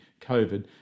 COVID